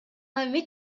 эми